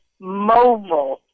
Mobile